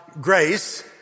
grace